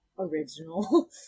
original